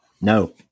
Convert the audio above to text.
No